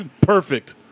Perfect